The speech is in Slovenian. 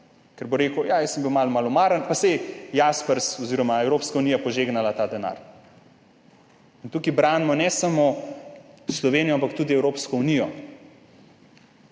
ker bo rekel, ja, jaz sem bil malo malomaren, pa saj je Jaspers oziroma Evropska unija požegnala ta denar. Tukaj branimo ne samo Slovenijo, ampak tudi Evropsko unijo.